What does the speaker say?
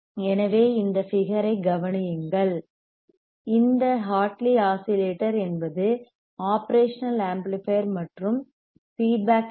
எனவே இந்த ஃபிகரை கவனியுங்கள் இதில் ஹார்ட்லி ஆஸிலேட்டர் என்பது ஒப்ரேஷனல் ஆம்ப்ளிபையர் மற்றும் ஃபீட்பேக் எல்